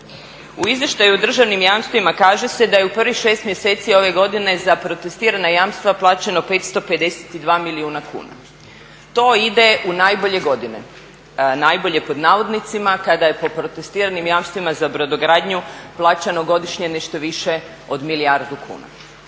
U izvještaju o državnim jamstvima kaže se da je u prvih šest mjeseci ove godine za protestirana jamstva plaćeno 552 milijuna kuna. To ide u najbolje godine. Najbolje pod navodnicima kada je po protestiranim jamstvima za brodogradnju plaćano godišnje nešto više od milijardu kuna.